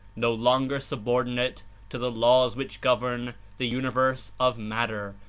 no longer subordinate to the laws which govern the universe of matter,